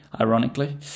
ironically